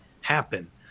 happen